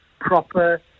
proper